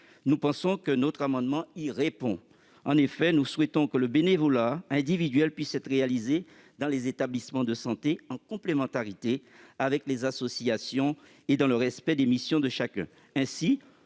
dispositions de notre amendement y répondent. Nous souhaitons que le bénévolat individuel puisse être réalisé dans les établissements de santé, en complémentarité avec les associations, et dans le respect des missions de chacun.